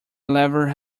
lever